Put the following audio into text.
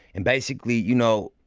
and basically, you know,